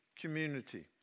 community